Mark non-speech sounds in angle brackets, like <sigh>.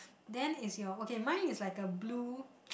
then is your okay mine is like a blue <noise>